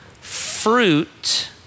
fruit